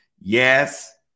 yes